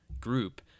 group